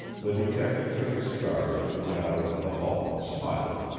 the detective took the cigars and went out into the hall, smiling.